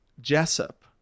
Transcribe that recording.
Jessup